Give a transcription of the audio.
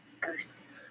goose